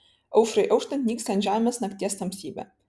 aušrai auštant nyksta ant žemės nakties tamsybė